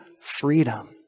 freedom